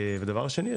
הסיבה השנייה,